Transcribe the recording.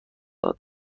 دادم